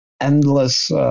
endless